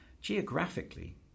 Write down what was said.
Geographically